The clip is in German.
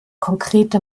konkrete